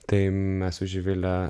tai mes su živile